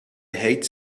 hate